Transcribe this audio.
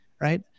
right